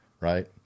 right